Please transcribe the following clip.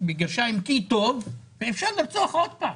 "כי טוב", ואפשר לרצוח עוד פעם.